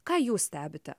ką jūs stebite